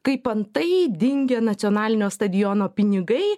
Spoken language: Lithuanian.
kaip antai dingę nacionalinio stadiono pinigai